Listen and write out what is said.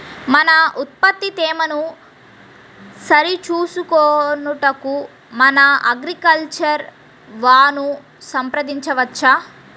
మన ఉత్పత్తి తేమను సరిచూచుకొనుటకు మన అగ్రికల్చర్ వా ను సంప్రదించవచ్చా?